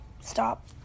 Stop